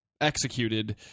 executed